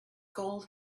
gold